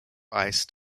iced